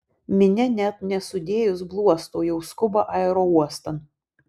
minia net nesudėjus bluosto jau skuba aerouostan